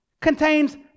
contains